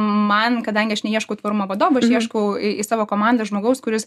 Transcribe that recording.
man kadangi aš neieškau tvarumo vadovo ir ieškau į savo komandą žmogaus kuris